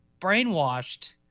brainwashed